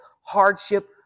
hardship